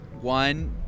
one